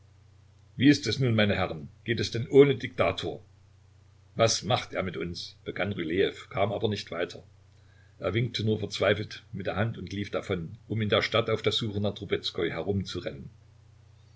wie ist es nun meine herren geht es denn ohne diktator was macht er mit uns begann rylejew kam aber nicht weiter er winkte nur verzweifelt mit der hand und lief davon um in der stadt auf der suche nach trubezkoi herumzurennen